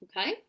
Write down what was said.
okay